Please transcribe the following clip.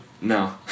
No